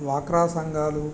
డ్వాక్రా సంఘాలు